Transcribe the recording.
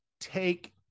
take